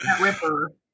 Ripper